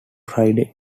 friday